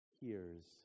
hears